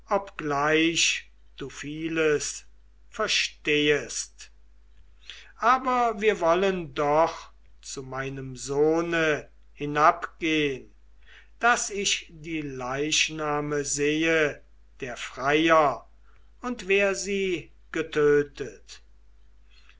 obgleich du vieles verstehest aber wir wollen doch zu meinem sohne hinabgehn daß ich die leichname sehe der freier und wer sie getötet